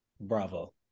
Bravo